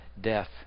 death